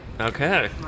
Okay